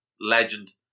legend